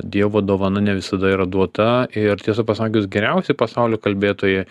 dievo dovana ne visada yra duota ir tiesą pasakius geriausi pasaulio kalbėtojai